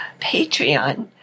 Patreon